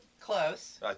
Close